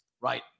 Right